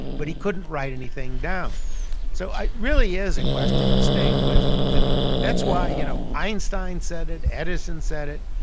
but he couldn't write anything down so it really is a question of staying with it. and that's why, you know, einstein said it. edison said it.